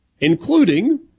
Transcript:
including